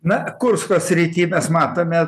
na kursko srity mes matome